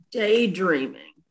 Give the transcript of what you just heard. daydreaming